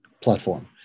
platform